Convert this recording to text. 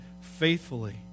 faithfully